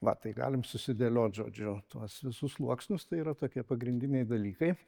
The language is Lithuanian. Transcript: va tai galim susidėliot žodžiu tuos visus sluoksnius tai yra tokie pagrindiniai dalykai